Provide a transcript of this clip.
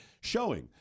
showing